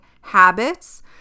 habits